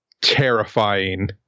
terrifying